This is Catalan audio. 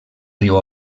riu